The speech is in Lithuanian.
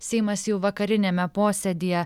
seimas jau vakariniame posėdyje